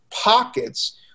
pockets